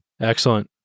Excellent